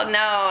no